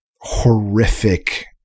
horrific